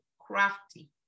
crafty